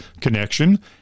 connection